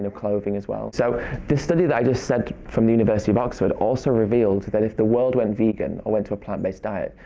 and clothing as well. so this study that i just said, from the university of oxford, also revealed that if the world went vegan, or went to a plant-based diet,